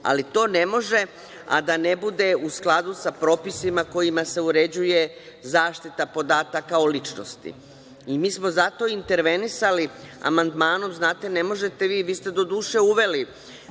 ali to ne može a da ne bude u skladu sa propisima kojima se uređuje zaštita podataka o ličnosti. Mi smo zato intervenisali amandmanom. Ne možete vi, vi ste, doduše, uveli